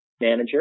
manager